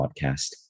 Podcast